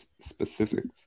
specifics